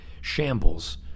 shambles